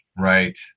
Right